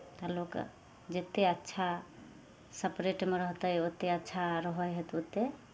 तऽ लोकके जतेक अच्छा सफरेटमे रहतै ओतेक अच्छा रहै हइ तऽ ओतेक